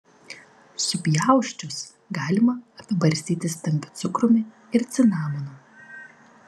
supjausčius galima apibarstyti stambiu cukrumi ir cinamonu